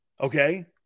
Okay